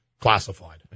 Classified